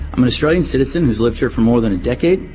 i'm an australian citizen who has lived here for more than a decade.